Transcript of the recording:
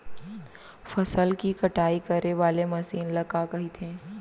फसल की कटाई करे वाले मशीन ल का कइथे?